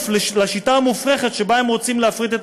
לשיטה המופרכת שבה הם רוצים להפריט את